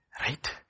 Right